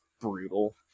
brutal